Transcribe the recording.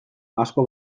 asko